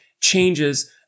changes